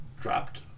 dropped